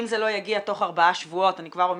אם זה לא יגיע תוך ארבעה שבועות אני כבר אומרת,